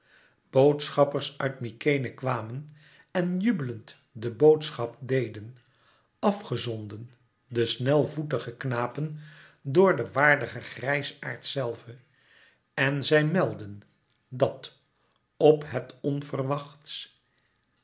boodschappers uit mykenæ kwamen en jubelend de boodschap deden af gezonden de snelvoetige knapen door de waardige grijsaards zelve en zij meldden dat op het onverwachts